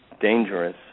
dangerous